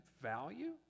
value